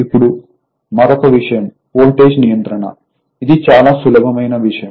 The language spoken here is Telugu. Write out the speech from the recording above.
ఇప్పుడు మరొక విషయం వోల్టేజ్ నియంత్రణ ఇది చాలా సులభమైన విషయం